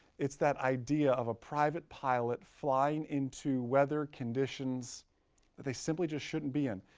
it's that idea of a private pilot flying into weather conditions that they simply just shouldn't be in.